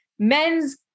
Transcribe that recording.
men's